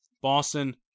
Boston